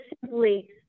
simply